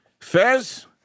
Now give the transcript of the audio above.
Fez